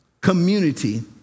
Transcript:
community